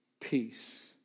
peace